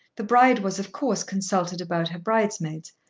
the bride was of course consulted about her bridesmaids,